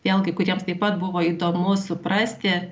vėlgi kuriems taip pat buvo įdomu suprasti